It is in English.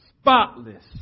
spotless